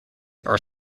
are